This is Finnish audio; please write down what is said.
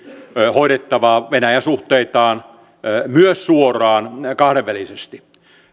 hoidettava venäjän suhteitaan myös suoraan kahdenvälisesti